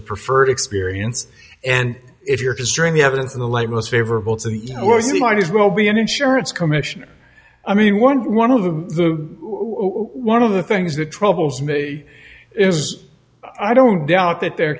are preferred experience and if you're considering the evidence in the light most favorable to you know you might as well be an insurance commission i mean one one of the one of the things that troubles me is i don't doubt that there are